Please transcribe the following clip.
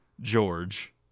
George